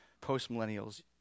post-millennials